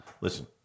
listen